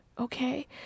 Okay